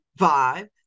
vibe